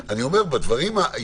אני אומר, אם זה הולך